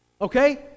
Okay